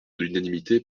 l’unanimité